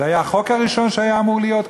זה החוק הראשון שהיה אמור להיות כאן.